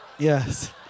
Yes